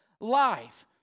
life